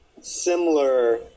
similar